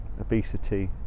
obesity